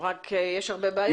רק יש הרבה בעיות.